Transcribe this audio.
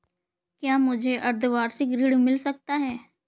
क्या मुझे अर्धवार्षिक ऋण मिल सकता है?